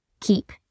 keep